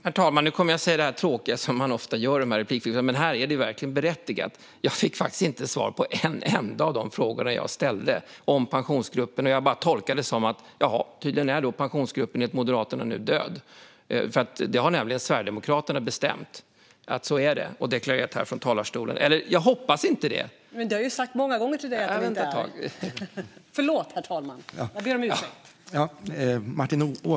Herr talman! Nu kommer jag att säga det tråkiga som man ofta gör i replikskiftena. Men här är det verkligen berättigat. Jag fick inte svar på en enda av de frågor som jag ställde om Pensionsgruppen. Jag tolkar det som att tydligen är Pensionsgruppen enligt Moderaterna nu död, för det har nämligen Sverigedemokraterna bestämt och även deklarerat här från talarstolen. Jag hoppas inte det. : Det har jag sagt många gånger till dig. Förlåt, herr talman.